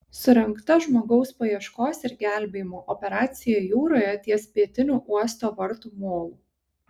surengta žmogaus paieškos ir gelbėjimo operacija jūroje ties pietiniu uosto vartų molu